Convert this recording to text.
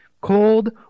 cold